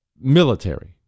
Military